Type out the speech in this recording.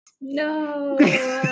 No